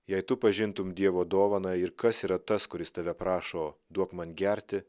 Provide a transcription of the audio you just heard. jei tu pažintum dievo dovaną ir kas yra tas kuris tave prašo duok man gerti